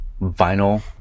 vinyl